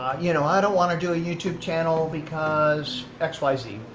you know i don't want to do a youtube channel, because, x y z.